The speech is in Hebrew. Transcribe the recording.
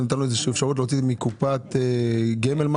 נתנו איזו שהיא אפשרות להוציא מקופת גמל או